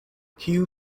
kill